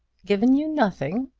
given you nothing?